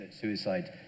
suicide